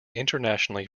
internationally